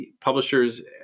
publishers